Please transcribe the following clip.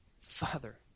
Father